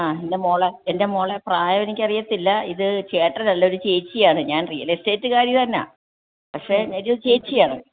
ആ എൻ്റെ മോളേ എൻ്റെ മോളേ പ്രായം എനിക്ക് അറിയില്ല ഇത് ചേട്ടൻ അല്ല ഒരു ചേച്ചിയാണ് ഞാൻ റിയൽ എസ്റ്റേറ്റ്കാരി തന്നാ പക്ഷേ ഒരു ചേച്ചിയാണ്